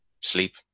sleep